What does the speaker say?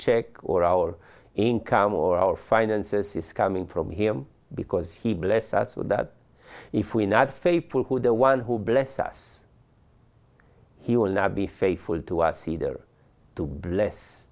check or our income or our finances is coming from him because he blessed us with that if we not faithful who the one who bless us he will not be faithful to us either to bless